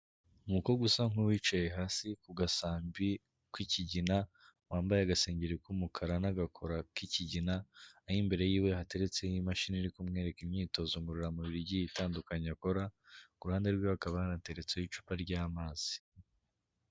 Umukobwa usa nk'uwicaye hasi ku gasambi k'ikigina, wambaye agasengeri k'umukara n'agakora k'ikigina, aho imbere yiwe hateretseho imashini iri kumwereka imyitozo ngororamubiri igiye itandukanye akora, ku ruhande rwe hakaba hanateretseho icupa ry'amazi.